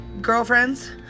girlfriends